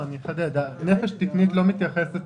אחדד: נפש תקנית לא מתייחסת